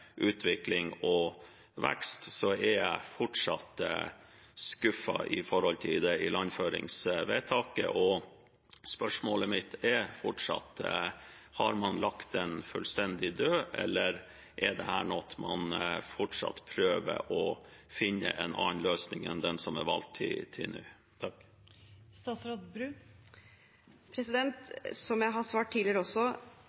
utvikling og vekst – er jeg fortsatt skuffet over ilandføringsvedtaket. Spørsmålet mitt er fortsatt: Har man lagt det fullstendig dødt, eller er dette noe man fortsatt prøver å finne en annen løsning på enn den som er valgt til nå? Som jeg har svart tidligere, gir Johan Castberg-utbyggingen også